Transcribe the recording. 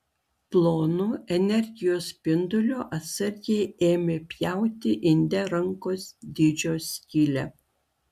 plonu energijos spinduliu atsargiai ėmė pjauti inde rankos dydžio skylę